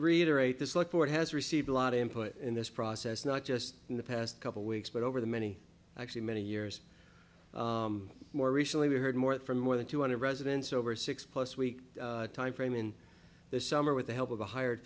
reiterate this look what has received a lot of input in this process not just in the past couple weeks but over the many actually many years more recently we heard more from more than two hundred residents over six plus week timeframe in this summer with the help of a hired